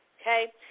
Okay